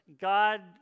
God